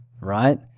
Right